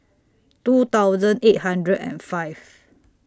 two thousand eight hundred and five